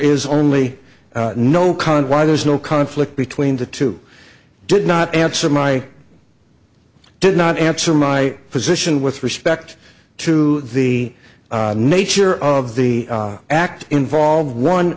is only no cond why there's no conflict between the two did not answer my did not answer my position with respect to the nature of the act involved one